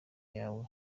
yawe